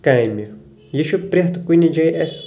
کامہِ یہِ چھُ پرٮ۪تھ کُھنہِ جٲیہِ اسہِ